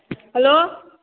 hello